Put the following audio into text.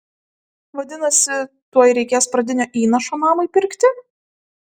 vadinasi tuoj reikės pradinio įnašo namui pirkti